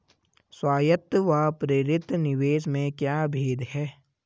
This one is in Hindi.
स्वायत्त व प्रेरित निवेश में क्या भेद है?